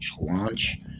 launch